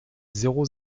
zéro